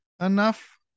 enough